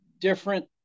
different